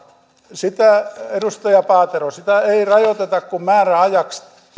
edustaja paatero sitä ei rajoiteta kuin määräajaksi